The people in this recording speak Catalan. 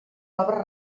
obres